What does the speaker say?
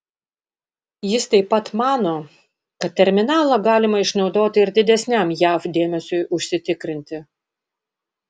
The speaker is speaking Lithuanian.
jis taip pat mano kad terminalą galima išnaudoti ir didesniam jav dėmesiui užsitikrinti